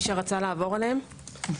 מי שרצה לעבור עליהם,